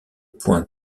point